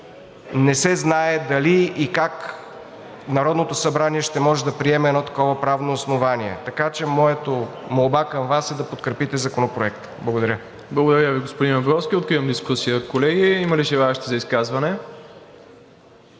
не се знае дали и как Народното събрание ще може да приеме едно такова правно основание. Така че моята молба към Вас е да подкрепите Законопроекта. Благодаря. ПРЕДСЕДАТЕЛ МИРОСЛАВ ИВАНОВ: Благодаря Ви, господин Абровски. Откривам дискусия, колеги. Има ли желаещи за изказване?